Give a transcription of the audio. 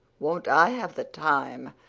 won't i have the time!